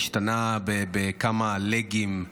השתנה בכמה לגים,